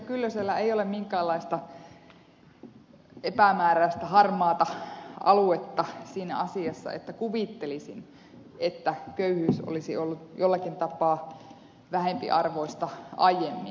kyllösellä ei ole minkäänlaista epämääräistä harmaata aluetta siinä asiassa että kuvittelisin että köyhyys olisi ollut jollakin tapaa vähempiarvoista aiemmin